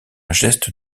geste